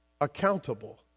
accountable